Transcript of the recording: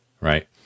right